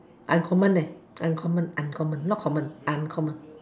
uncommon uncommon uncommon not common uncommon